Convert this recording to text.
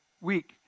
Week